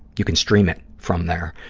you can stream it from there,